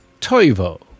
Toivo